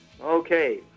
Okay